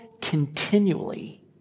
continually